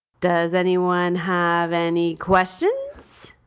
does anyone have any questions?